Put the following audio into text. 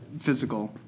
physical